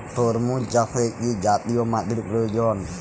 তরমুজ চাষে কি জাতীয় মাটির প্রয়োজন?